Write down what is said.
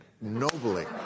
nobly